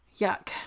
Yuck